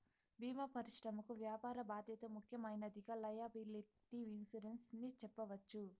భీమా పరిశ్రమకి వ్యాపార బాధ్యత ముఖ్యమైనదిగా లైయబిలిటీ ఇన్సురెన్స్ ని చెప్పవచ్చు